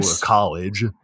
college